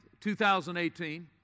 2018